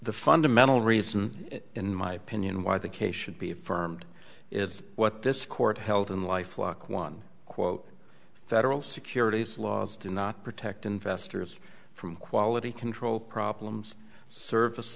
the fundamental reason in my opinion why the case should be affirmed is what this court held in life like one quote federal securities laws do not protect investors from quality control problems s